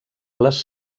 les